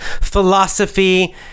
philosophy